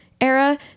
era